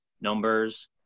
numbers